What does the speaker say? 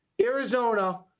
Arizona